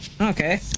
Okay